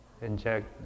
inject